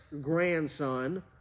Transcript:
grandson